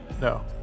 No